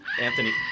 Anthony